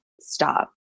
stop